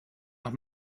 noch